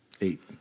Eight